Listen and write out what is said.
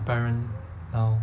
apparent now